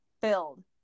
filled